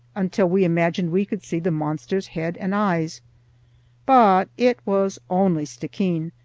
until we imagined we could see the monster's head and eyes but it was only stickeen,